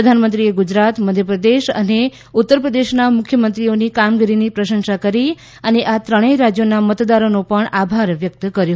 પ્રધાનમંત્રીએ ગુજરાત મધ્યપ્રદેશ અને ઉત્તરપ્રદેશના મુખ્યમંત્રીઓની કામગીરીની પ્રશંસા કરી અને આ ત્રણેય રાજયોના મતદારોનો આભાર પણ વ્યકત કર્યો